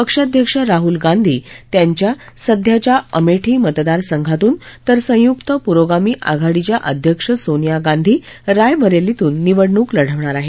पक्षाध्यक्ष राहूल गांधी त्यांच्या सध्याच्या अमेठी मतदारसंघातून तर संयुक्त पुरोगामी आघाडीच्या अध्यक्ष सोनिया गांधी रायबरेलीतून निवडणूक लढवणार आहेत